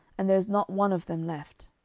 and there is not one of them left.